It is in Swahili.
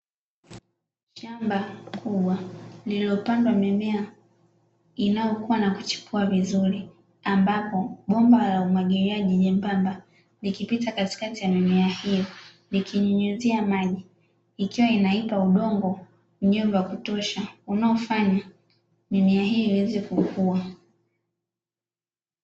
Shamba kubwa lililopandwa mimea inayokua na kuchipua vizuri ambapo bomba la umwagiliaji nyembamba likipita katikati ya mimea hii, likinyunyuzia maji likiwa inaipa udongo unyevu wa kutosha unaofanya mimea hii iweze kukua.